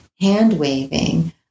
hand-waving